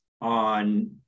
on